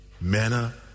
Manna